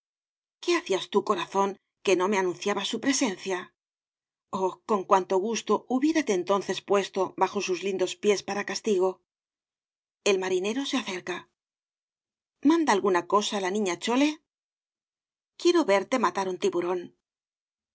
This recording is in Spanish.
qué hacías tú corazón que no me anunciabas su presencia oh con cuánto gusto hubiérate entonces puesto bajo sus lindos pies para castigo el marinero se acerca manda alguna cosa la niña chole quiero verte matar un tiburón